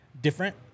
different